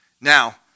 Now